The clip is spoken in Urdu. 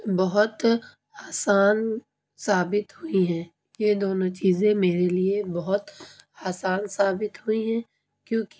بہت آسان ثابت ہوئی ہیں یہ دونوں چیزیں میرے لیے بہت آسان ثابت ہوئی ہیں کیوںکہ